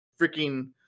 freaking